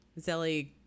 Zelly